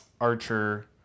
Archer